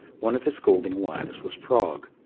one of his scolding wives was frog.